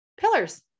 pillars